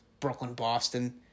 Brooklyn-Boston